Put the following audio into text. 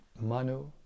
Manu